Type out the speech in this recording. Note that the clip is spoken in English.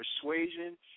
persuasion